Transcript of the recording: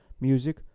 music